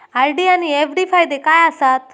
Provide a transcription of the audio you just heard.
RD आनि FD फायदे काय आसात?